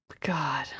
God